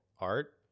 art